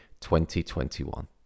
2021